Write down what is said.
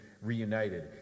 reunited